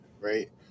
right